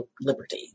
liberty